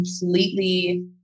completely